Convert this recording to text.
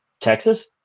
Texas